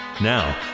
Now